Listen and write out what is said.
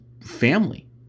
family